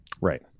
Right